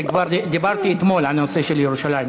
וכבר דיברתי אתמול על הנושא של ירושלים,